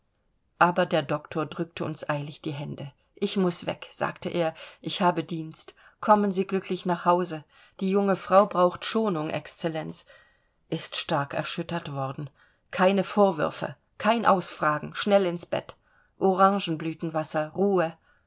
aber der doktor drückte uns eilig die hände ich muß weg sagt er ich habe dienst kommen sie glücklich nach hause die junge frau braucht schonung excellenz ist stark erschüttert worden keine vorwürfe kein ausfragen schnell ins bett orangenblütenwasser ruhe